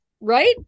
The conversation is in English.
right